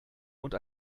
und